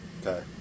Okay